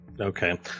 Okay